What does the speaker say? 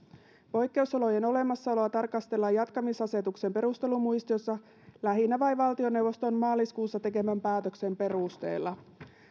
poikkeusolojen olemassaoloa tarkastellaan jatkamisasetuksen perustelumuistiossa lähinnä vain valtioneuvoston maaliskuussa tekemän päätöksen perusteella